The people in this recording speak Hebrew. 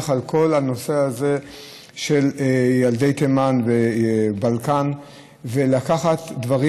על כל הנושא הזה של ילדי תימן והבלקן ולקחת דברים.